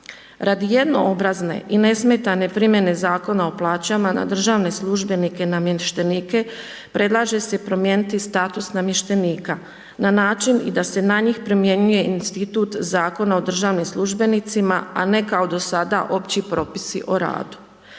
Radi jednoobrazne i nesmetane primjene zakona o plaćama na državne službenike, namještenike, predlaže se promijeniti status namještenika na način, da se na njih primjenjuje institut Zakona o državnim službenicima, a ne kao do sada opći propisi o radu.